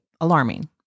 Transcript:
alarming